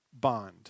bond